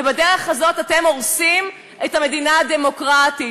ובדרך הזאת אתם הורסים את המדינה הדמוקרטית.